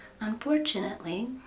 Unfortunately